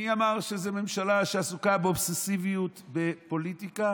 מי אמר שזו ממשלה שעסוקה באובססיביות בפוליטיקה?